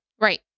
Right